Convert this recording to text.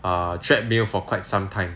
err treadmill for quite some time